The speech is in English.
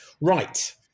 Right